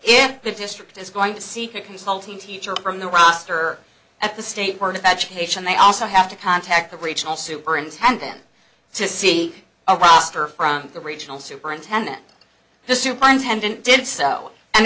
if the district is going to seek a consulting teacher from the roster at the state board of education they also have to contact the regional superintendent to see abbas for from the regional superintendent the superintendent did so and